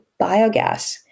biogas